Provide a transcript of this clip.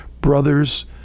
brothers